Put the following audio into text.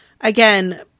again